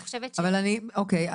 אוקיי.